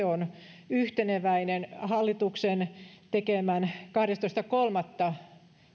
on yhteneväinen hallituksen kahdestoista kolmatta